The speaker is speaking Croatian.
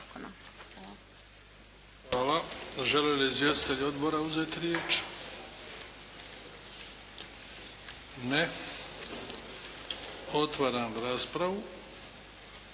Hvala. Žali li izvjestitelj odbora uzeti riječ? Ne. Otvaram raspravu.